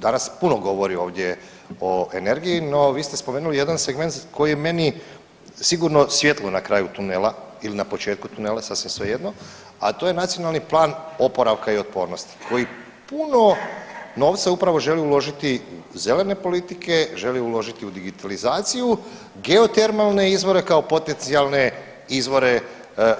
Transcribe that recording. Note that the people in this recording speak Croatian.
Danas se puno govori ovdje o energiji, no vi ste spomenuli jedan segment koji je meni sigurno svjetlo na kraju tunela ili na početku tunela sasvim svejedno, a to je Nacionalni plan oporavka i otpornosti koji puno novca upravo želi uložiti zelene politike, želi uložiti u digitalizaciju, geotermalne izvore kao potencijalne izvore